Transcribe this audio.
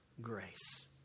grace